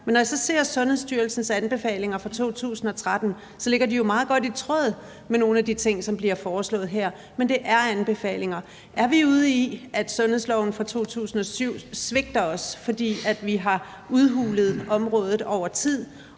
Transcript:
Men når jeg så ser Sundhedsstyrelsens anbefalinger fra 2013, ligger de jo meget godt i tråd med nogle af de ting, som bliver foreslået her. Men det er anbefalinger. Er vi ude i, at sundhedsloven fra 2007 svigter os, fordi vi har udhulet området over tid